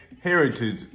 heritage